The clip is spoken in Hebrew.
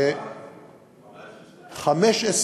15?